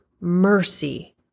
Mercy